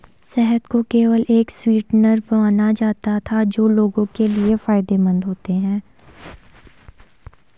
शहद को केवल एक स्वीटनर माना जाता था जो लोगों के लिए फायदेमंद होते हैं